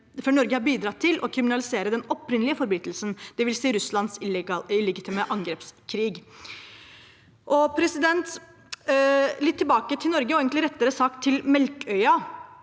Norge har bidratt til å kriminalisere den opprinnelige forbrytelsen, dvs. Russlands illegitime angrepskrig. Litt tilbake til Norge, rettere sagt til Melkøya: